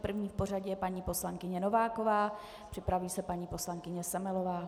První v pořadí je paní poslankyně Nováková, připraví se paní poslankyně Semelová.